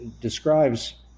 describes